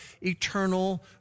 eternal